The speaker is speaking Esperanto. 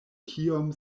kiom